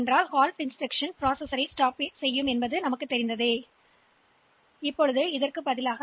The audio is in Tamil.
எனவே நிறுத்த இன்ஸ்டிரக்ஷன் நமக்குத் தெரிந்தபடி செயலியை நிறுத்தும்